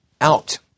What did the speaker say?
out